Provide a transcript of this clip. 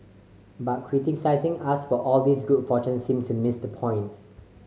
but criticising us for all this good fortune seems to miss the point